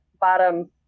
bottom